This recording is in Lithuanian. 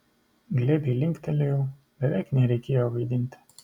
glebiai linktelėjau beveik nereikėjo vaidinti